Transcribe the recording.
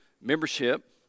membership